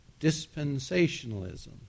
dispensationalism